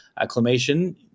acclamation